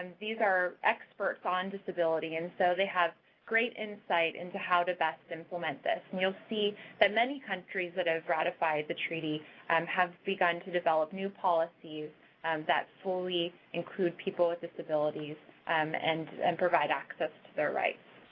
and these are experts on disability and so they have great insight into how to best implement this. you'll see that many countries that have ratified the treaty and have begun to develop new policies that fully include people with disabilities um and and provide access to their rights.